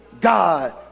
God